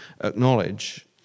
acknowledge